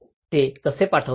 ते ते कसे पाठवतात